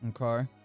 Okay